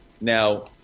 Now